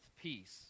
peace